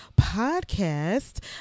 podcast